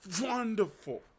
Wonderful